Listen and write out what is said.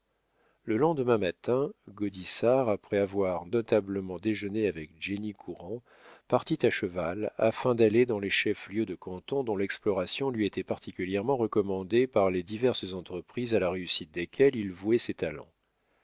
le lendemain matin gaudissart après avoir notablement déjeuné avec jenny courand partit à cheval afin d'aller dans les chefs lieux de canton dont l'exploration lui était particulièrement recommandée par les diverses entreprises à la réussite desquelles il vouait ses talents